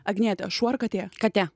agniete šuo ar katė katė